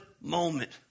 moment